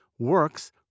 works